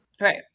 right